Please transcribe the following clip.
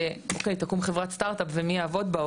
שאוקיי תקום חברת סטארט-אפ ומי יעבוד בה,